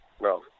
no